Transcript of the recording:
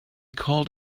called